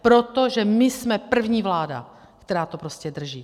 Protože my jsme první vláda, která to prostě drží.